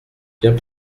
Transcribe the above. bien